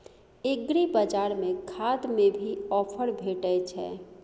एग्रीबाजार में खाद में भी ऑफर भेटय छैय?